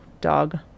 Dog